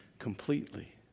Completely